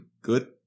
good